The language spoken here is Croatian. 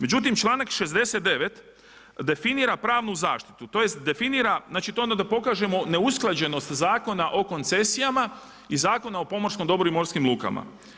Međutim, članak 69. definira pravnu zaštitu, tj. definira, tj. to je onda da pokažemo neusklađenost Zakona o koncesijama i Zakona o pomorskom dobru i morskim lukama.